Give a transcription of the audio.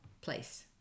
place